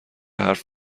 حرف